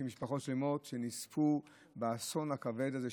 של משפחות שלמות שנספו באסון הכבד הזה,